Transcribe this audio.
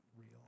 real